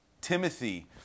Timothy